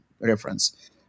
reference